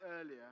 earlier